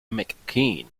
mckean